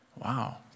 wow